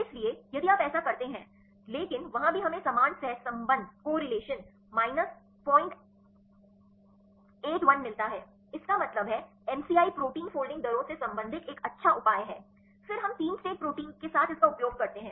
इसलिए यदि आप ऐसा करते हैं लेकिन वहां भी हमें समान सहसंबंध माइनस 081 मिलता है इसका मतलब है एमसीआई प्रोटीन फोल्डिंग दरों से संबंधित एक अच्छा उपाय है फिर हम 3 स्टेट प्रोटीन के साथ इसका उपयोग करते हैं